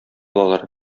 алалар